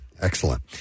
Excellent